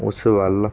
ਉਸ ਵੱਲ